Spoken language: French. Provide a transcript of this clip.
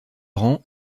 rang